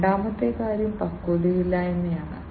രണ്ടാമത്തെ കാര്യം പക്വതയില്ലായ്മയാണ്